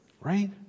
Right